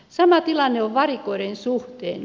sama tilanne on varikoiden suhteen